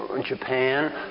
Japan